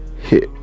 hit